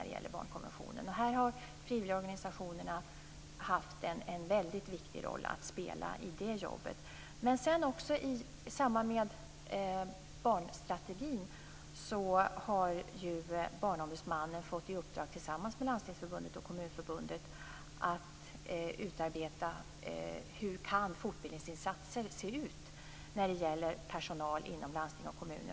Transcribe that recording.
I det arbetet har frivillorganisationerna haft en väldigt viktig roll att spela. I samband med barnstrategin har Barnombudsmannen tillsammans med Landstingsförbundet och Kommunförbundet fått i uppdrag att utarbeta förslag till utbildningsinsatser för personal inom landsting och kommuner.